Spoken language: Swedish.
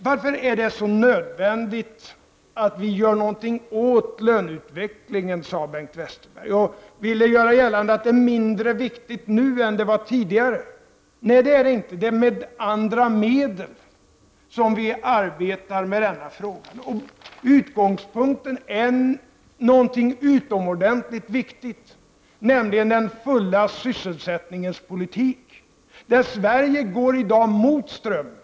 Varför är det så nödvändigt att vi gör någonting åt löneutvecklingen, sade Bengt Westerberg. Han ville göra gällande att det är mindre viktigt nu än det var tidigare. Nej, det är det inte. Det är med andra medel som vi arbetar med denna fråga. Utgångspunkten är någonting utomordentligt viktigt, nämligen den fulla sysselsättningens politik där Sverige i dag går mot strömmen.